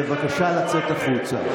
בבקשה לצאת החוצה.